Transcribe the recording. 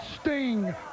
Sting